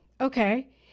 Okay